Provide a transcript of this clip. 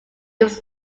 was